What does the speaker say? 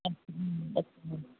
अच्छा